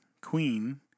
queen